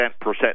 percent